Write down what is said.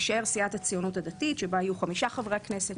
תישאר סיעת הציונות הדתית שבה יהיו 5 חברי כנסת,